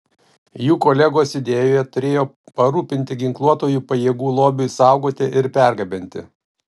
jų kolegos judėjoje turėjo parūpinti ginkluotųjų pajėgų lobiui saugoti ir pergabenti